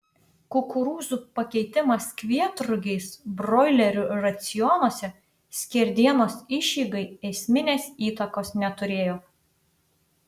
kukurūzų pakeitimas kvietrugiais broilerių racionuose skerdienos išeigai esminės įtakos neturėjo